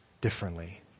differently